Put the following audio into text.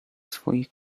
swoich